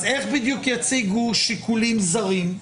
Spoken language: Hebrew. אז איך בדיוק יציגו שיקולים זרים?